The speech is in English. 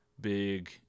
big